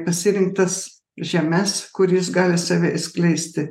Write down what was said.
pasirinktas žemes kur jis gali save išskleisti